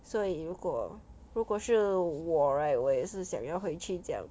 所以如果如果是我 right 我也是想要回去这样